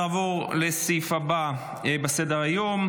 אני קובע כי הצעת חוק הגנה על הציבור מפני ארגוני פשיעה,